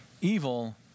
evil